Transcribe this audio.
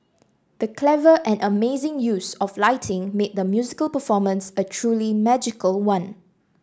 the clever and amazing use of lighting made the musical performance a truly magical one